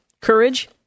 Courage